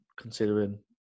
considering